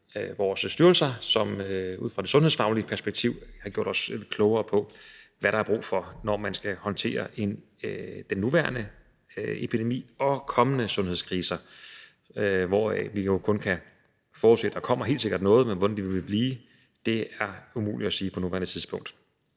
vores styrelser, som ud fra det sundhedsfaglige perspektiv har gjort os klogere på, hvad der er brug for, når man skal håndtere den nuværende epidemi og kommende sundhedskriser. Vi kan jo kun forudse, at der helt sikkert kommer noget, men hvordan det vil blive, er umuligt at sige noget om på nuværende tidspunkt.